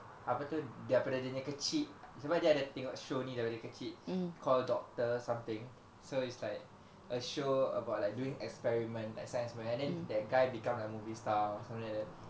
apa tu daripada dia ni kecil sebab dia ada tengok show ni daripada kecil call doctor something so it's like a show about like doing experiment like science fair then that guy become like movie star or something like that